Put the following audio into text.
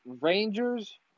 Rangers